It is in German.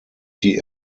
die